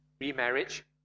remarriage